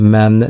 Men